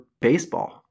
baseball